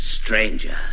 stranger